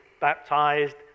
baptized